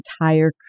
entire